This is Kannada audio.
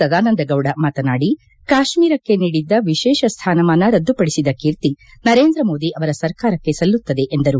ಸದಾನಂದಗೌಡ ಮಾತನಾಡಿ ಕಾಶ್ಟೀರಕ್ಕೆ ನೀಡಿದ್ದ ವಿಶೇಷ ಸ್ಥಾನಮಾನ ರದ್ದುಪಡಿಸಿದ ಕೀರ್ತಿ ನರೇಂದ್ರ ಮೋದಿ ಅವರ ಸರ್ಕಾರಕ್ಕೆ ಸಲ್ಲುತ್ತದೆ ಎಂದರು